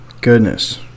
Goodness